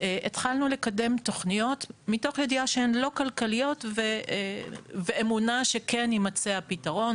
התחלנו לקדם תכניות מתוך ידיעה שהן לא כלכליות ואמונה שכן יימצא הפתרון.